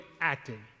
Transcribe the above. acting